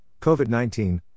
COVID-19